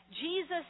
Jesus